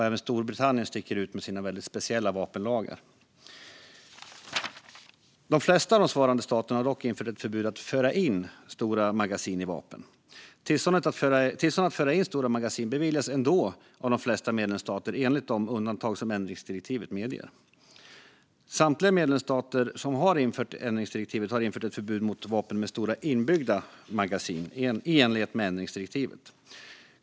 Även Storbritannien sticker ut med sina väldigt speciella vapenlagar. De flesta av de svarande staterna har dock infört ett förbud mot att föra in stora magasin i vapen. Tillstånd att föra in stora magasin i vapen beviljas ändå av de flesta medlemsstater i enlighet med de undantag som ändringsdirektivet medger. Samtliga medlemsstater som har infört ändringsdirektivet har infört ett förbud mot vapen med stora inbyggda magasin i enlighet med ändringsdirektivet.